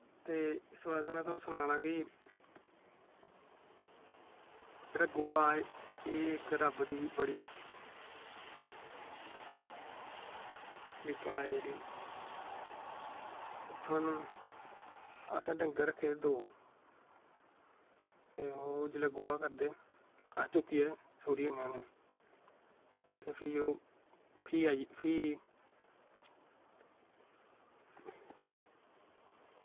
ते इस बास्तैं में तुसेंगी सनाना कि जेह्ड़ा गोहा ऐ एह् इक रब्ब दी बड़ी कृ्पा ऐ जेह्ड़ी तुआनूं असैं डंगर रक्खे दे दो ओह् जिसलै गोहा करदे अस चुक्कियै सुट्टी औने होन्ने ते फ्ही ओह् फ्ही